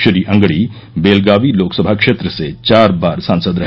श्री अंगड़ी बेलगावी लोकसभा क्षेत्र से चार बार सांसद रहे